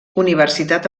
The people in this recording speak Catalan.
universitat